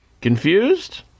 Confused